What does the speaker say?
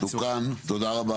תוקן, תודה רבה.